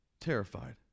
terrified